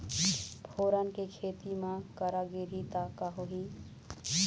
फोरन के खेती म करा गिरही त का होही?